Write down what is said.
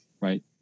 right